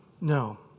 No